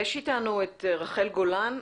יש איתנו את רחל גולן,